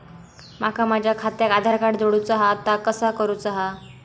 माका माझा खात्याक आधार कार्ड जोडूचा हा ता कसा करुचा हा?